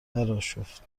براشفت